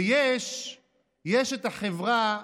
ויש את החברה היהודית,